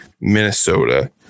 Minnesota